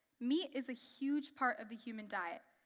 meat is a huge part of the human diet.